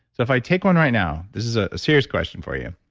so, if i take one right now. this is a serious question for you.